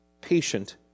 patient